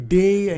day